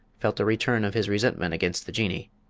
felt a return of his resentment against the jinnee.